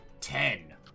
Ten